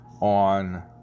on